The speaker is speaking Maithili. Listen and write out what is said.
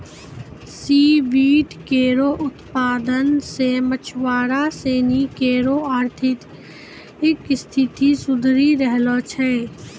सी वीड केरो उत्पादन सें मछुआरा सिनी केरो आर्थिक स्थिति सुधरी रहलो छै